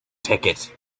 ticket